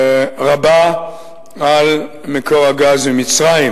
רבה על מקור הגז ממצרים.